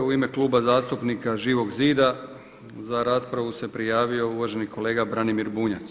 U ime Kluba zastupnika Živog zida za raspravu se prijavio uvaženi kolega Branimir Bunjac.